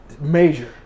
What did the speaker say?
major